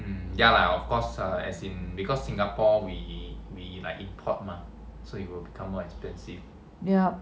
ya